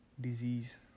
disease